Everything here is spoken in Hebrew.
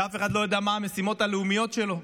שאף אחד לא יודע מה המשימות הלאומיות שלו.